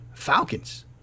Falcons